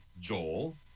Joel